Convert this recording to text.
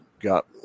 got